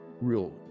real